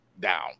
down